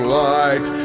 light